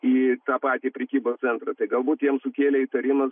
į tą patį prekybos centrą tai galbūt jam sukėlė įtarimą